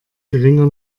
geringer